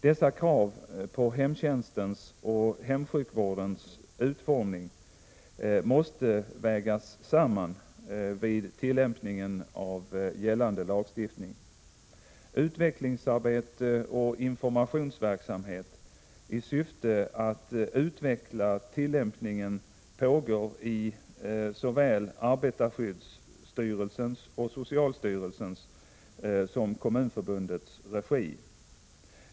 Dessa krav på hemtjänstens och hemsjukvårdens utformning måste vägas samman vid tillämpningen av gällande lagstiftning. Utvecklingsarbete och informationsverksamhet i syfte att utveckla tilllämpningen pågår i såväl arbetarskyddsstyrelsens och socialstyrelsens som Kommunförbundets regi.